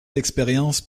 d’expérience